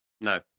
No